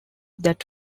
that